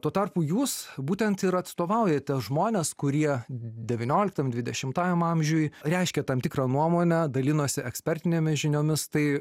tuo tarpu jūs būtent ir atstovaujate žmones kurie devynioliktam dvidešimtąjam amžiuj reiškė tam tikrą nuomonę dalinosi ekspertinėmis žiniomis tai